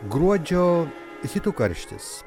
gruodžio hitų karštis